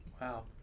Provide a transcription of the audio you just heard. Wow